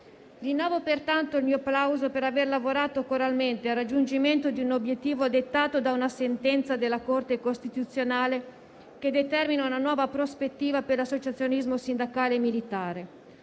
Rinnovo pertanto il mio plauso per aver lavorato coralmente al raggiungimento di un obiettivo dettato da una sentenza della Corte costituzionale, che determina una nuova prospettiva per l'associazionismo sindacale militare.